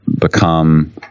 become